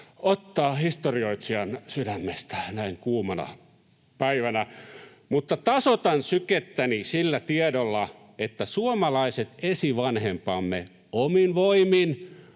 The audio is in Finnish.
ottaa historioitsijan sydämestä näin kuumana päivänä, mutta tasoitan sykettäni sillä tiedolla, että suomalaiset esivanhempamme omin voimin,